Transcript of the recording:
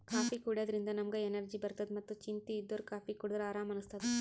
coffee ಕುಡ್ಯದ್ರಿನ್ದ ನಮ್ಗ್ energy ಬರ್ತದ್ ಮತ್ತ್ ಚಿಂತಿ ಇದ್ದೋರ್ ಕಾಫೀ ಕುಡದ್ರ್ ಆರಾಮ್ ಅನಸ್ತದ್